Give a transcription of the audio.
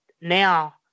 now